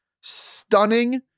stunning